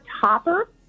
topper